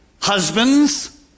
husbands